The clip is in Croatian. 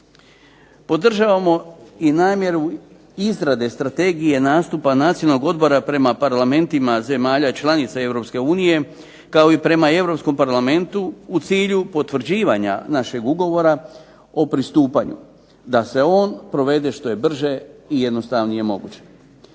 Podržavamo i namjeru izrade strategije nastupa Nacionalnog odbora prema parlamentima zemlja članica Europske unije, kao i prema Europskom parlamentu u cilju potvrđivanja našeg ugovora o pristupanju da se on provede što je brže i jednostavnije moguće.